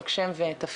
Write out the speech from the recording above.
רק שם ותפקיד.